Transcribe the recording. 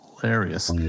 Hilarious